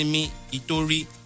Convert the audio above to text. itori